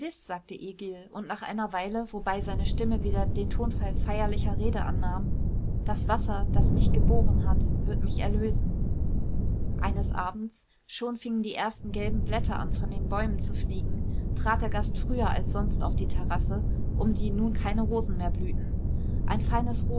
sagte egil und nach einer weile wobei seine stimme wieder den tonfall feierlicher rede annahm das wasser das mich geboren hat wird mich erlösen eines abends schon fingen die ersten gelben blätter an von den bäumen zu fliegen trat der gast früher als sonst auf die terrasse um die nun keine rosen mehr blühten ein feines